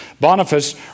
Boniface